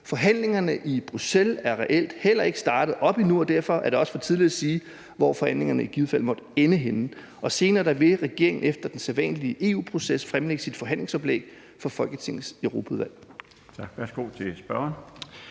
Forhandlingerne i Bruxelles er reelt heller ikke startet op endnu, og derfor er det også for tidligt at sige, hvor forhandlingerne i givet fald måtte ende henne. Senere vil regeringen efter den sædvanlige EU-proces fremlægge sit forhandlingsoplæg for Folketingets Europaudvalg.